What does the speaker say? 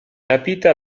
rapita